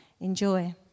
enjoy